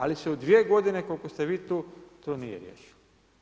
Ali se u dvije godine, koliko ste vi tu, to nije riješilo.